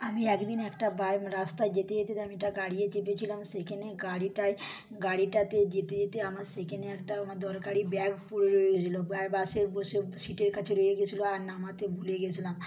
আমি একদিন একটা টাইম রাস্তায় যেতে যেতে তো আমি একটা গাড়িয়ে চেপেছিলাম সেখানে গাড়িটায় গাড়িটাতে যেতে যেতে আমার সেখানে একটা আমার দরকারি ব্যাগ পড়ে রইলো প্রায় বাসে বসে সিটের কাছে রয়ে গিয়েছিলো আর নামাতে ভুলে গিয়েছিলাম